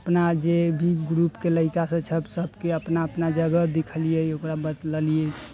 अपना जे भी ग्रुपके लड़िका सब छै सबके अपना अपना जगह देखलियै ओकरा बतलेलियै